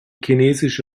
chinesische